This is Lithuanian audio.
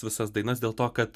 visas dainas dėl to kad